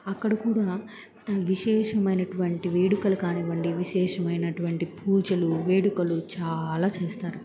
అక్కడ కూడా తన విశేషమైనటువంటి వేడుకలు కానివ్వండి విశేషమైనటువంటి పూజలు వేడుకలు చాలా చేస్తారు